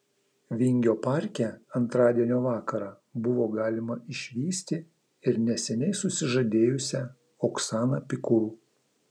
vingio parke antradienio vakarą buvo galima išvysti ir neseniai susižadėjusią oksaną pikul